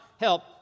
help